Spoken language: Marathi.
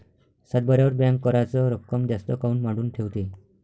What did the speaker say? सातबाऱ्यावर बँक कराच रक्कम जास्त काऊन मांडून ठेवते?